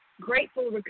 grateful